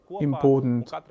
important